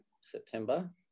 September